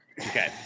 Okay